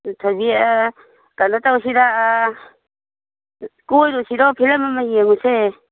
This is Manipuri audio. ꯊꯣꯏꯕꯤ ꯀꯩꯅꯣ ꯇꯧꯁꯤꯔ ꯀꯣꯏꯔꯨꯁꯤꯔꯣ ꯐꯤꯂꯝ ꯑꯃ ꯌꯦꯡꯉꯨꯁꯦ